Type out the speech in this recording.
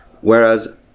Whereas